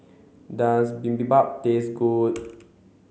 does Bibimbap taste good